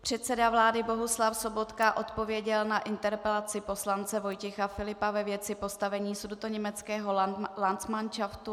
Předseda vlády Bohuslav Sobotka odpověděl na interpelaci poslance Vojtěcha Filipa ve věci postavení sudetoněmeckého landsmanšaftu.